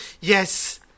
Yes